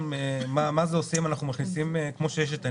גם מה זה עושה אם אנחנו מכניסים כמו שיש את הנגב,